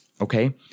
Okay